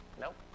Nope